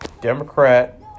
Democrat